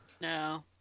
No